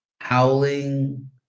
howling